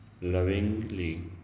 lovingly